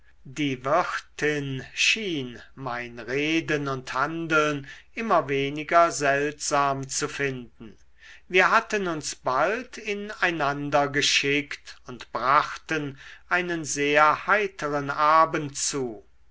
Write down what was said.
die wirtin schien mein reden und handeln immer weniger seltsam zu finden wir hatten uns bald in einander geschickt und brachten einen sehr heiteren abend zu